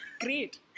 great